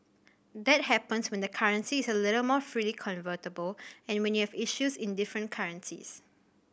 that happens when the currency is a little more freely convertible and when you have issues in different currencies